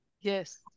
Yes